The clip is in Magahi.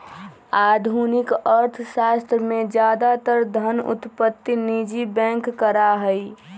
आधुनिक अर्थशास्त्र में ज्यादातर धन उत्पत्ति निजी बैंक करा हई